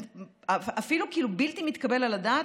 אפילו בלתי מתקבל על הדעת,